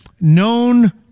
known